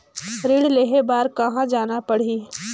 ऋण लेहे बार कहा जाना पड़ही?